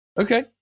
Okay